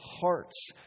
hearts